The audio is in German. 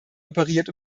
operiert